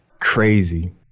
Crazy